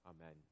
Amen